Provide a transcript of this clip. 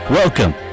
Welcome